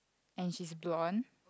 and she's blonde